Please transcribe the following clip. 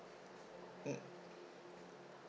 mm